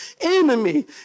enemy